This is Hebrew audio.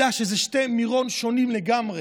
יודע שאלה שני מירון שונים לגמרי: